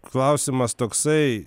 klausimas toksai